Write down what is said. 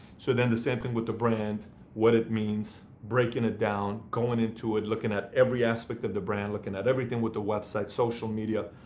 so then the same thing with the brand what it means, breaking it down, going into it, looking at every aspect of the brand, looking at everything with the website, social media,